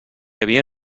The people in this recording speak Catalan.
havia